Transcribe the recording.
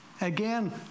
Again